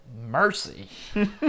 Mercy